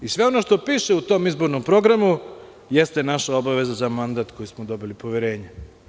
Sve ono što piše u tom izbornom programu jeste naša obaveza za mandat koji smo dobili poverenje.